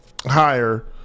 Higher